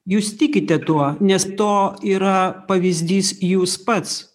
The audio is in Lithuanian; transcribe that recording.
jūs tikite tuo nes to yra pavyzdys jūs pats